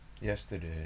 yesterday